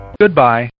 Goodbye